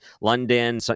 London